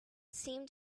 seemed